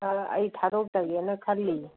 ꯑꯥ ꯑꯩ ꯊꯥꯗꯣꯛꯆꯒꯦꯅ ꯈꯜꯂꯤꯌꯦ